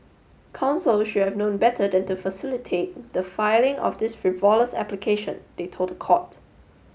counsel should have known better than to facility the filing of this frivolous application they told the court